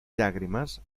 llàgrimes